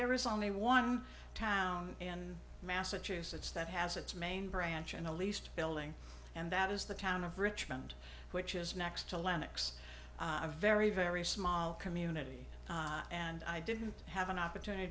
there is only one town in massachusetts that has its main branch in the least building and that is the town of richmond which is next to lenox a very very small community and i didn't have an opportunity